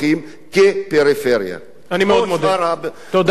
כפריפריה כמו שאר בתי-החולים?